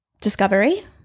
discovery